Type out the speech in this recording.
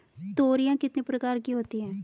तोरियां कितने प्रकार की होती हैं?